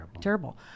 terrible